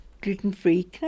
gluten-free